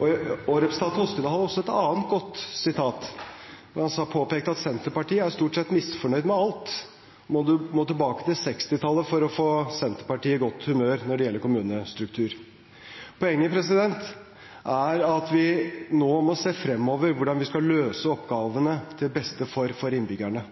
Representanten Toskedal hadde også en annen god påpekning. Han påpekte at Senterpartiet stort sett er misfornøyd med alt – at man må tilbake til 1960-tallet for å få Senterpartiet i godt humør når det gjelder kommunestruktur. Poenget er at vi nå må se fremover med hensyn til hvordan vi skal løse oppgavene